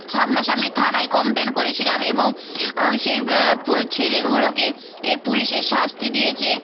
সামনা সামনি থানায় কমপ্লেন করেছিলাম এবং সেই ছেলেগুলোকে এ পুলিশে শাস্তি দিয়েছে